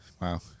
Wow